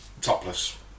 topless